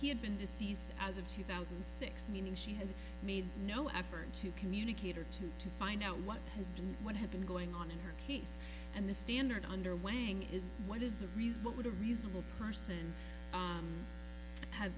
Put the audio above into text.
he had been deceased as of two thousand and six meaning she had made no effort to communicate or to to find out what has been what had been going on in her case and the standard under way is what is the reason what would a reasonable person